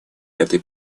этих